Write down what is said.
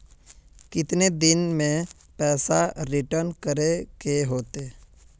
कितने दिन में पैसा रिटर्न करे के होते?